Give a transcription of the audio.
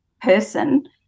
person